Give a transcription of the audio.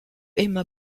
emma